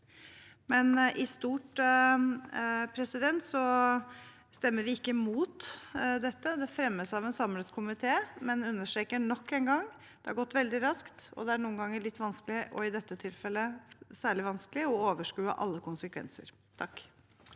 I stort stemmer vi likevel ikke imot dette. Det fremmes av en samlet komité, men jeg understreker nok en gang at det har gått veldig raskt, og det er noen ganger litt vanskelig, i dette tilfellet særlig vanskelig, å overskue alle konsekvenser. Olaug